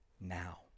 now